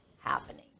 happening